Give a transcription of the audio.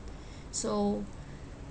so